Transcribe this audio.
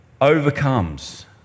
Overcomes